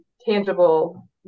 tangible